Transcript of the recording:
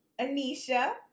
Anisha